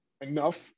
enough